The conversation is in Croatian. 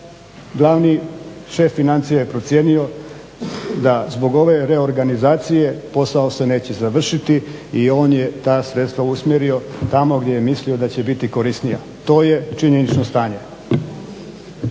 Glavni šef financija je procijenio da zbog reorganizacije posao se neće završiti i on je ta sredstva usmjerio tamo gdje je mislio da će biti korisnija. To je činjenično stanje.